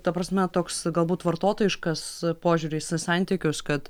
ta prasme toks galbūt vartotojiškas požiūris į santykius kad